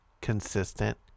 consistent